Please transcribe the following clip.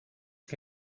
que